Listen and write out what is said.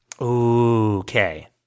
Okay